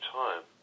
time